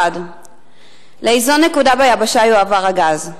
1. לאיזו נקודה ביבשה יועבר הגז?